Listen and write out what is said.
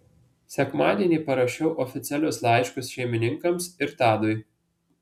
sekmadienį parašiau oficialius laiškus šeimininkams ir tadui